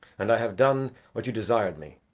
and i have done what you desired me.